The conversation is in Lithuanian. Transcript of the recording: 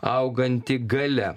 auganti galia